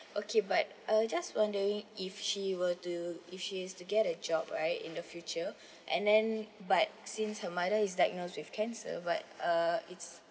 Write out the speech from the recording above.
okay but uh just wondering if she were to if she has to get a job right in the future and then but since her mother is diagnosed with cancer but uh it's